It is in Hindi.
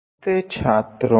नमस्ते छात्रों